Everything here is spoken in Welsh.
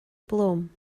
blwm